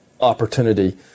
opportunity